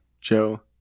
Joe